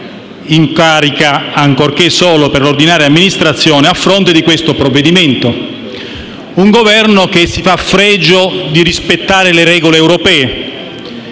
in carica, ancorché solo per l'ordinaria amministrazione, di fronte al provvedimento in esame. Un Governo che si fa fregio di rispettare le regole europee,